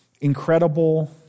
incredible